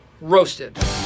roasted